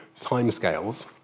timescales